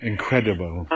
Incredible